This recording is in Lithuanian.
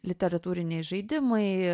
literatūriniai žaidimai